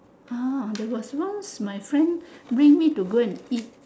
ah there was once my friend bring me to go and eat